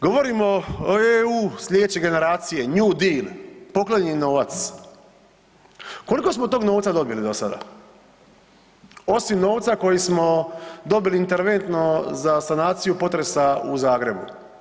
Govorimo o EU slijedeće generacije new deal, poklonjeni novac, koliko smo tog novca dobili do sada osim novca koji smo dobili interventno za sanaciju potresa u Zagrebu.